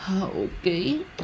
okay